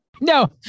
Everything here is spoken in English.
No